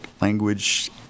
language